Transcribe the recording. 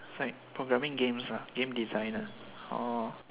it's like programming games ah game designer oh